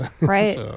Right